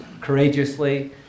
courageously